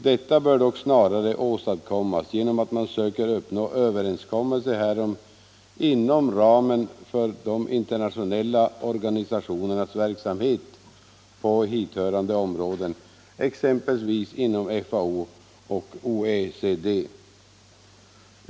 Detta bör dock snarare åstadkommas genom att man söker uppnå överenskommelser härom inom ramen för de internationella organisationernas verksamhet på hithörande områden, exempelvis inom FAO och OECD.